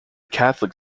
catholic